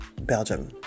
Belgium